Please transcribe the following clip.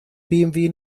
bmw